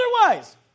otherwise